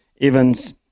Evans